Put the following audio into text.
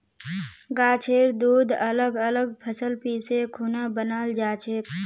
गाछेर दूध अलग अलग फसल पीसे खुना बनाल जाछेक